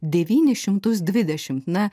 devynis šimtus dvidešim na